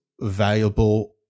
valuable